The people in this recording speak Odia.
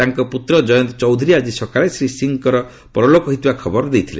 ତାଙ୍କ ପୁତ୍ର ଜୟନ୍ତ ଚୌଧୁରୀ ଆଜି ସକାଳେ ଶ୍ରୀ ସିଂଙ୍କର ପରଲୋକ ହୋଇଥିବାର ଖବର ଦେଇଥିଲେ